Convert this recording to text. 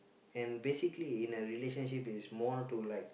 and basically in a relationship is more to like